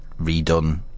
redone